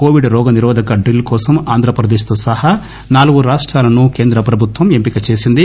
Covid రోగ నిరోధక drill కోసం ఆంధ్రప్రదేశ్ తో సహా నాలుగు రాష్టాలను కేంద్రం ఎంపిక చేసింది